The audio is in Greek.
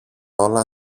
όλα